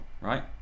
right